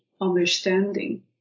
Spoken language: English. Understanding